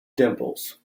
dimples